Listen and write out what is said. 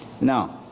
Now